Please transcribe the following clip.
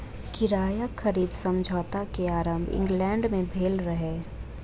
किराया खरीद समझौता के आरम्भ इंग्लैंड में भेल रहे